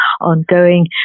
ongoing